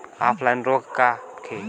Offline रोग का होखे?